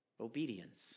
Obedience